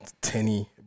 Tenny